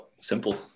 simple